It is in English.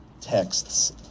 texts